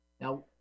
now